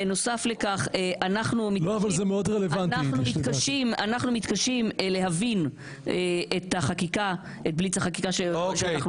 בנוסף לכך אנחנו מתקשים להבין את בליץ החקיקה שאנחנו --- אוקיי,